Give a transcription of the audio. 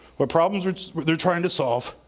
what problems they're trying to solve,